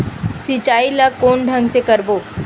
सिंचाई ल कोन ढंग से करबो?